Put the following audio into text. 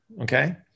okay